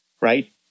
right